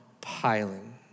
piling